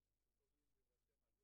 אני לא מבקשת שום דבר.